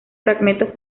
fragmentos